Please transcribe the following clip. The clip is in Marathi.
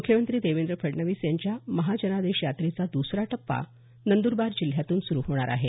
मुख्यमंत्री देवेंद्र फडणवीस यांच्या महाजनादेश यात्रेचा दुसरा टप्पा नंदुरबार जिल्ह्यातून सुरु होणार आहे